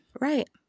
Right